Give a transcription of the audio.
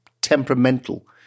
temperamental